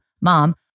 mom